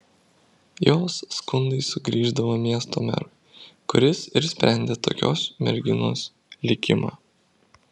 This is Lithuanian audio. jos skundai sugrįždavo miesto merui kuris ir sprendė tokios merginos likimą